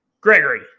Gregory